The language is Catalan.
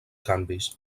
canvis